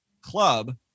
club